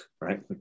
right